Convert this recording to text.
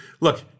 look